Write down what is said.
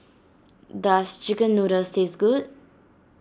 does Chicken Noodles taste good